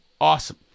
Awesome